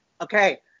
Okay